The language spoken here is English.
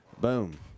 Boom